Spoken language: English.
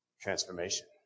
transformation